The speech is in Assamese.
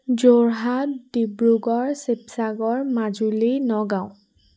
যোৰহাট ডিব্ৰুগড় শিৱসাগৰ মাজুলী নগাঁও